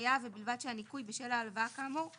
היה ובלבד שהניכוי בשל ההלוואה כאמור,